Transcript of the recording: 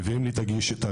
מביאים לי את הכיסאות.